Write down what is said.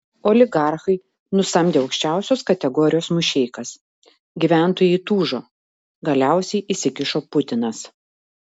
oligarchai nusamdė aukščiausios kategorijos mušeikas gyventojai įtūžo galiausiai įsikišo putinas